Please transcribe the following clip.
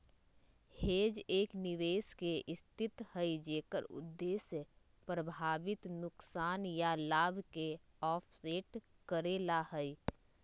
hedge एक निवेश के स्थिति हई जेकर उद्देश्य संभावित नुकसान या लाभ के ऑफसेट करे ला हई